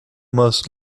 must